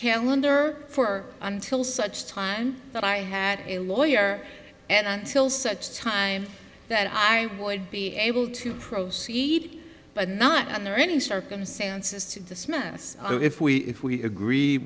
calendar for until such time that i had a lawyer and until such time that i would be able to proceed but not under any circumstances to dismiss it if we if we agree